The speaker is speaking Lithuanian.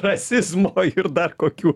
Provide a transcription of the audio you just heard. rasizmo ir dar kokių